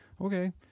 Okay